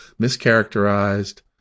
mischaracterized